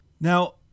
Now